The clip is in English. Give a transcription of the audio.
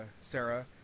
Sarah